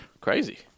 Crazy